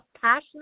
Passionate